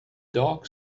dog